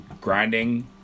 grinding